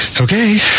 Okay